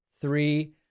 three